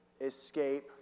escape